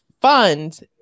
fund